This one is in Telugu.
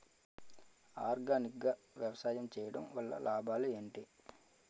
ఆర్గానిక్ గా వ్యవసాయం చేయడం వల్ల లాభాలు ఏంటి?